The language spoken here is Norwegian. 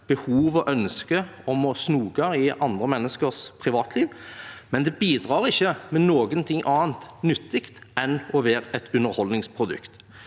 behov for og ønske om å snoke i andre menneskers privatliv. Det bidrar ikke med noe annet nyttig enn å være et underholdningsprodukt.